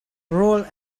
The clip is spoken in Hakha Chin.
rawl